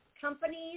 Companies